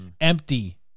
Empty